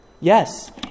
Yes